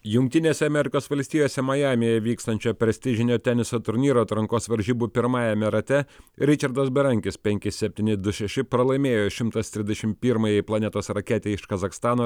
jungtinėse amerikos valstijose majamyje vykstančio prestižinio teniso turnyro atrankos varžybų pirmajame rate ričardas berankis penki septyni du šeši pralaimėjo šimtas trisdešim pirmajai planetos raketei iš kazachstano